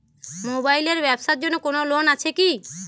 Mobile এর ব্যাবসার জন্য কোন লোন আছে কি?